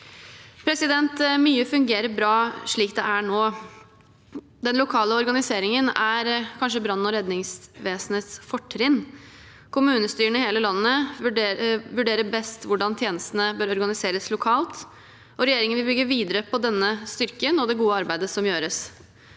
oppstått. Mye fungerer bra slik det er nå. Den lokale organiseringen er kanskje brann- og redningsvesenets fortrinn. Kommunestyrene i hele landet vurderer best hvordan tjenestene bør organiseres lokalt. Regjeringen vil bygge videre på denne styrken og det gode arbeidet som gjøres.